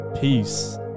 peace